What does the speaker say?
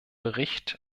bericht